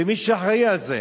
ומי שאחראי על זה.